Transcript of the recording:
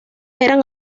eran